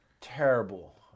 Terrible